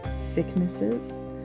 sicknesses